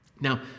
Now